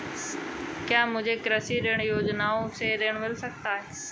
क्या मुझे कृषि ऋण योजना से ऋण मिल सकता है?